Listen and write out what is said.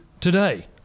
today